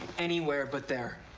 anywhere but there.